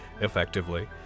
effectively